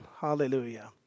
Hallelujah